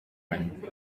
when